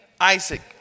Isaac